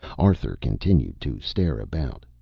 arthur continued to stare about.